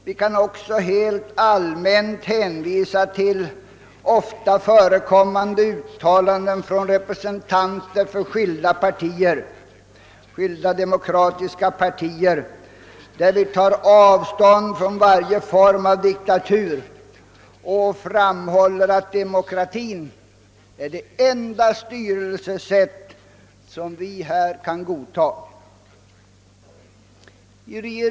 Vi kan också helt allmänt hänvisa till ofta förekommande uttalanden från representanter för skilda demokratiska partier, där vi tar avstånd från varje form av diktatur och framhåller att demokratin är det enda styrelsesätt som vi kan godta i vårt land.